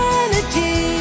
energy